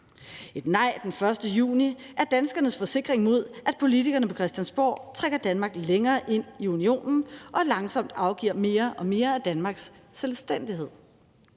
Et nej den 1. juni er danskernes forsikring mod, at politikerne på Christiansborg trækker Danmark længere ind i Unionen og langsomt afgiver mere og mere af Danmarks selvstændighed.